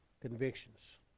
convictions